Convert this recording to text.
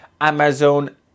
Amazon